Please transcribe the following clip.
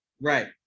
Right